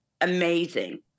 Amazing